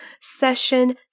session